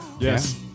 Yes